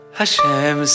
Hashem